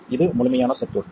இது முழுமையான சர்க்யூட்